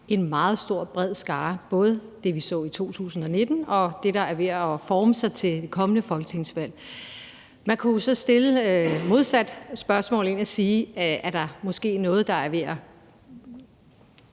en meget stor, bred skare – både det, vi så i 2019, og det, der er ved at forme sig til det kommende folketingsvalg. Man kunne jo så egentlig modsat stille spørgsmålet: Er der måske noget, der er ved at